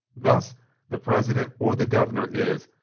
thus the president or the governor is,